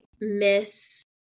miss